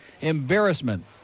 Embarrassment